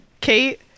kate